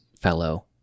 fellow